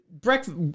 Breakfast